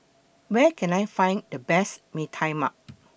Where Can I Find The Best Mee Tai Mak